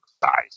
size